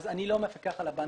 אני לא המפקח על הבנקים.